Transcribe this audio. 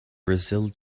brazil